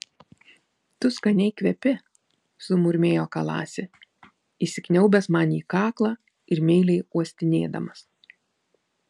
tu skaniai kvepi sumurmėjo kalasi įsikniaubęs man į kaklą ir meiliai uostinėdamas